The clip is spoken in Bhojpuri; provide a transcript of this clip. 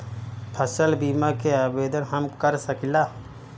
फसल बीमा के आवेदन हम कर सकिला?